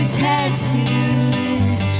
tattoos